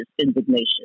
indignation